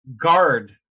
guard